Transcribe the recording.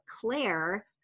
Claire